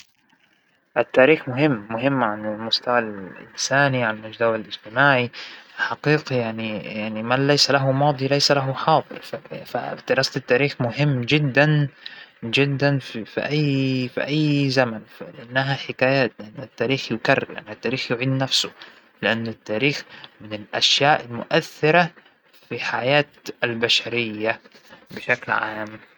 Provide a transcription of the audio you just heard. أعتقد أن حفظ القصائد بيكون قائم فى المرتبة الأولى على ميول هذا الطفل، إنه هل إنت حابب إنك تلقى قصيدة فاا- تحفظها ولا أنك ما تبى هاى القصة من الأساس، إنه ما بيحفظ قصايد ما مو من هواياتى قراية القصيدة أو الشعر، هذا بيعتمد على ميول الطفل فمو لآ زم نجبره على هيك شغلة.